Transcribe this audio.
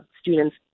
students